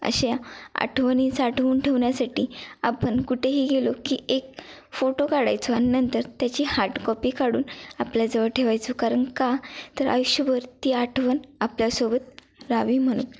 अशा या आठवणी साठवून ठेवण्यासाठी आपण कुठेही गेलो की एक फोटो काढायचो आणि नंतर त्याची हार्ड कॉपी काढून आपल्याजवळ ठेवायचो कारण का तर आयुष्यभर ती आठवण आपल्यासोबत राहावी म्हणून